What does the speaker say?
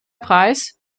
preis